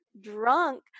drunk